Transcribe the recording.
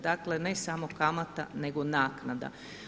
Dakle, ne samo kamata, nego naknada.